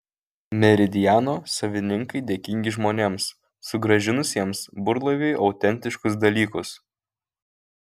meridiano savininkai dėkingi žmonėms sugrąžinusiems burlaiviui autentiškus dalykus